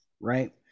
right